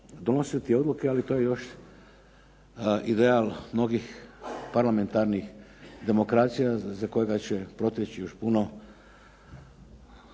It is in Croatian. donositi odluke, ali to je još ideal mnogih parlamentarnih demokracija za kojega će proteći još puno